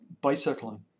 bicycling